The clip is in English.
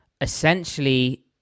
Essentially